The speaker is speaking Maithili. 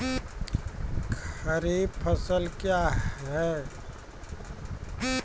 खरीफ फसल क्या हैं?